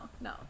no